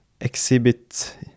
exhibit